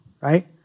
right